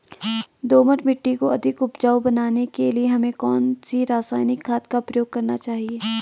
दोमट मिट्टी को अधिक उपजाऊ बनाने के लिए हमें कौन सी रासायनिक खाद का प्रयोग करना चाहिए?